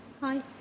Hi